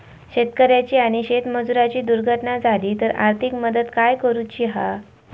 शेतकऱ्याची आणि शेतमजुराची दुर्घटना झाली तर आर्थिक मदत काय करूची हा?